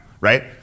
Right